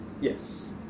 Yes